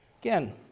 Again